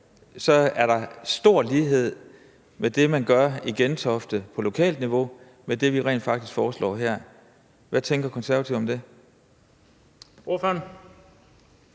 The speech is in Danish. er der stor lighed mellem det, man gør i Gentofte på lokalt niveau, og det, vi rent faktisk foreslår her. Hvad tænker Konservative om det?